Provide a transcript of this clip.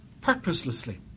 purposelessly